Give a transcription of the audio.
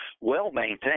well-maintained